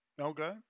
Okay